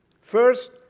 First